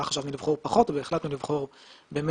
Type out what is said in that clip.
חשבנו לבחור פחות אבל החלטנו לבחור בכולם.